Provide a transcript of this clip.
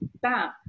Bam